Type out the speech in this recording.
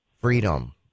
freedom